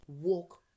walk